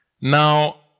Now